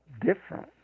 different